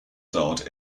starred